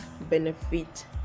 benefit